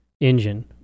engine